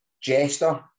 Jester